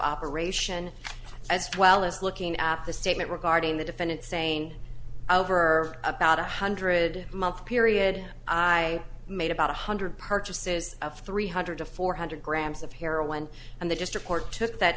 operation as well as looking at the statement regarding the defendant saying over about one hundred month period i made about one hundred purchases of three hundred to four hundred grams of heroin and they just report took that